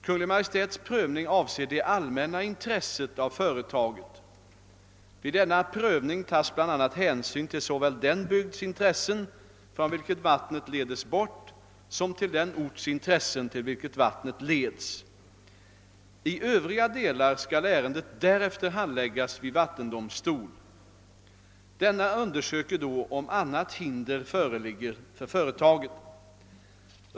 Kungl. Maj:ts prövning avser det allmänna intresset av företaget. Vid denna prövning tas bl.a. hänsyn till såväl den bygds intressen, från vilken vattnet ledes bort, som till den orts intressen, till vilken vattnet leds. I övriga delar skall ärendet därefter handläggas vid vattendomstol. Denna undersöker då om annat hinder föreligger för företaget.